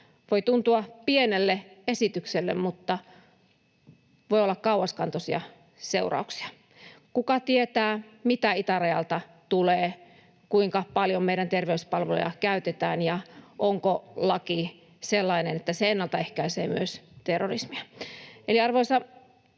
Voi tuntua pienelle esitykselle, mutta voi olla kauaskantoisia seurauksia. Kuka tietää, mitä itärajalta tulee, kuinka paljon meidän terveyspalveluja käytetään ja onko laki sellainen, että se ennaltaehkäisee myös terrorismia.